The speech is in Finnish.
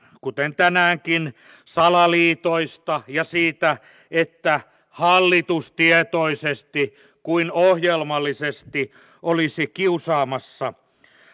kuten tänäänkin salaliitoista ja siitä että hallitus niin tietoisesti kuin ohjelmallisestikin olisi kiusaamassa